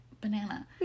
banana